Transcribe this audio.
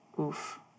oof